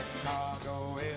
Chicago